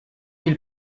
ils